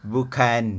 Bukan